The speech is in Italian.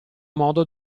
modo